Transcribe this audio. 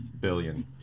Billion